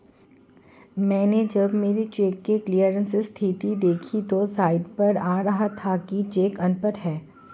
मैनें जब मेरे चेक की क्लियरिंग स्थिति देखी तो साइट पर आ रहा था कि चेक अनपढ़ है